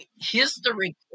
history